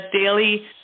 daily